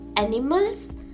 animals